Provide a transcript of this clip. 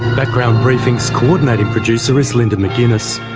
background briefing's coordinating producer is linda mcginness,